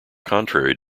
contrary